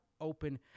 open